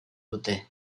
dute